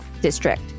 district